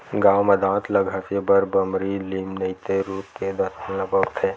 गाँव म दांत ल घसे बर बमरी, लीम नइते रूख के दतवन ल बउरथे